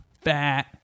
fat